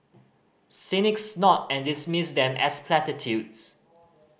cynics snort and dismiss them as platitudes